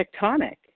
tectonic